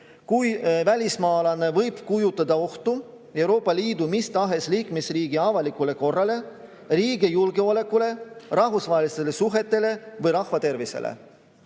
kui välismaalane võib kujutada ohtu Euroopa Liidu mis tahes liikmesriigi avalikule korrale, riigi julgeolekule, rahvusvahelistele suhetele või rahva tervisele.